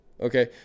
okay